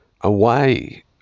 away